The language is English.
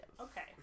Okay